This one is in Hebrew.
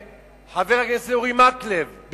שביקש אותו חבר הכנסת אורי מקלב.